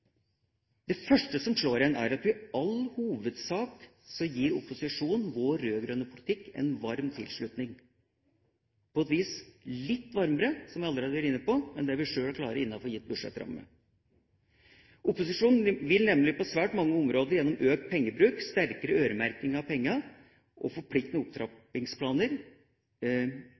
første som slår en, er at opposisjonen i all hovedsak gir vår rød-grønne politikk en varm tilslutning, på et vis litt varmere, som jeg allerede har vært inne på, enn det vi sjøl klarer innenfor gitt budsjettramme. Opposisjonen vil nemlig på svært mange områder gjennom økt pengebruk, sterkere øremerking av pengene og forpliktende opptrappingsplaner